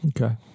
Okay